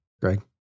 Greg